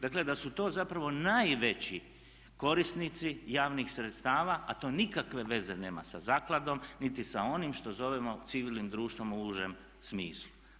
Dakle da su to zapravo najveći korisnici javnih sredstava a to nikakve veze nema sa zakladom niti sa onim što zovemo civilnim društvom u užem smislu.